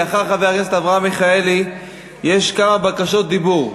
לאחר חבר הכנסת אברהם מיכאלי יש כמה בקשות דיבור.